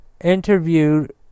interviewed